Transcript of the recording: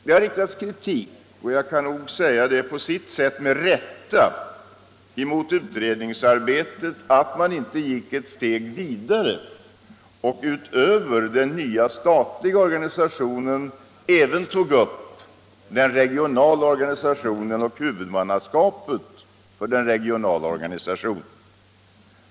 Det har riktats kritik — och på sätt och vis med rätta — mot utredningsarbetet för att man inte gick ett steg vidare och utöver den nya statliga organisationen även tog upp den regionala organisationen och huvudmannaskapet för den.